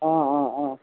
অঁ অঁ অঁ